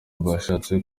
bashatse